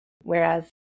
Whereas